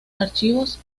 archivos